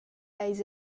eis